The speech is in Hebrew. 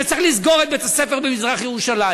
שצריך לסגור את בית-הספר במזרח-ירושלים.